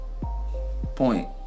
point